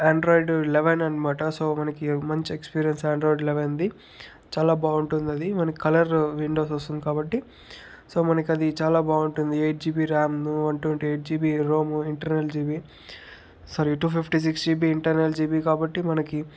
Android eleven అనమాట so మనకి మంచి ఎక్స్పీరియన్స్ ఆండ్రాయిడ్ లెవెన్ది చాలా బాగుంటుంది మనకి కలర్ విండోస్ వస్తుంది కాబట్టి సో మనకది చాలా బాగుంటుంది eight GB RAM one twenty eight GB ROM internal GB sorry two fifty six GB internal GB కాబట్టి మనకి